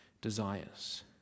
desires